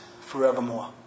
forevermore